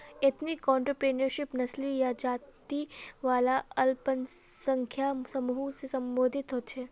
ethnic entrepreneurship नस्ली या जाती वाला अल्पसंख्यक समूह से सम्बंधित होछे